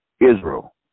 Israel